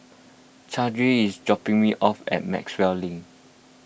Chauncy is dropping me off at Maxwell Link